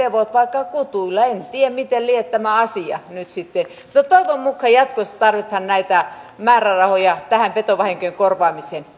en tiedä miten lie tämä asia nyt sitten mutta toivon mukaan jatkossa tarvitaan näitä määrärahoja tähän petovahinkojen korvaamiseen